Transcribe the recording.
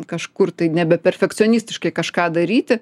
kažkur tai nebeperfekcionistiškai kažką daryti